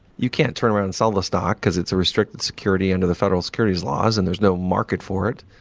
you can't turn around and sell the stock, cause it's a restricted security and of the federal security's laws and there's no market for it.